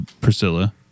Priscilla